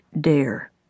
dare